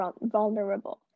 vulnerable